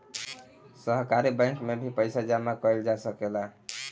सहकारी बैंक में भी पइसा जामा कईल जा सकेला